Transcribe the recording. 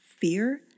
fear